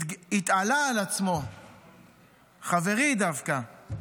התעלה על עצמו חברי דווקא,